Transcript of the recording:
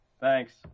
Thanks